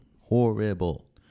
Horrible